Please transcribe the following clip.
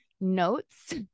notes